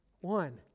one